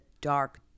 dark